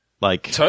Like-